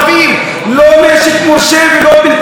לא נשק מורשה ולא בלתי מורשה.